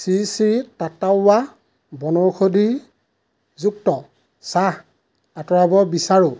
শ্ৰী শ্ৰী টাট্টাৱা বনৌষধিযুক্ত চাহ আঁতৰাব বিচাৰোঁ